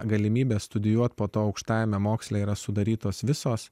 galimybę studijuoti po to aukštajame moksle yra sudarytos visos